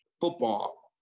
football